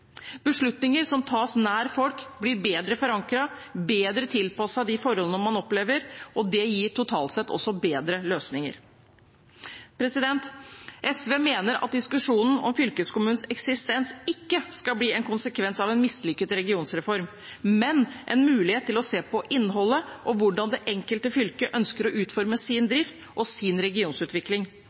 Beslutninger som tas nær folk, blir bedre forankret, bedre tilpasset de forholdene man opplever, og det gir totalt sett også bedre løsninger. SV mener at diskusjonen om fylkeskommunens eksistens ikke skal bli en konsekvens av en mislykket regionreform, men en mulighet til å se på innholdet og hvordan det enkelte fylke ønsker å utforme sin drift og sin regionsutvikling.